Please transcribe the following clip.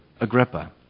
Agrippa